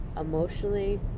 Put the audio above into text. emotionally